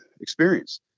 experience